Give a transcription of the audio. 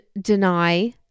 deny